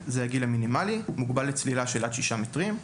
והוא מוגבל לצלילה עד שישה מטרים.